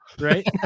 Right